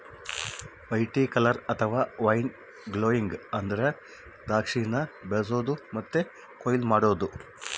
viticulture ಅಥವಾ wine growing ಅಂದ್ರ ದ್ರಾಕ್ಷಿನ ಬೆಳಿಸೊದು ಮತ್ತೆ ಕೊಯ್ಲು ಮಾಡೊದು